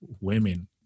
women